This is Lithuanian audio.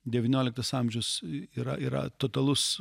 devynioliktas amžius yra yra totalus